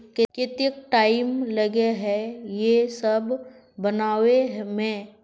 केते टाइम लगे है ये सब बनावे में?